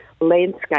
landscape